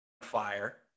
fire